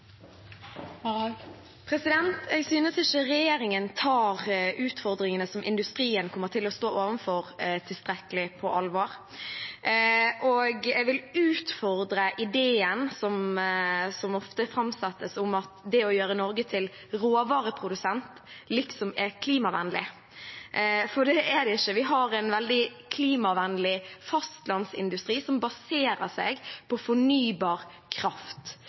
Jeg synes ikke regjeringen tar utfordringene som industrien kommer til å stå overfor, tilstrekkelig på alvor. Jeg vil utfordre ideen som ofte framsettes, om at det å gjøre Norge til råvareprodusent liksom er klimavennlig, for det er det ikke. Vi har en veldig klimavennlig fastlandsindustri som baserer seg på fornybar kraft.